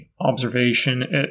observation